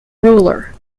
ruler